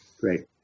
Great